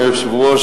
היושב-ראש,